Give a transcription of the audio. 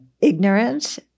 ignorance